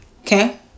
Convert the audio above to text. Okay